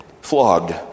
flogged